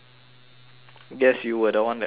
guess you were the one that found the job